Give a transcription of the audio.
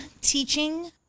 teaching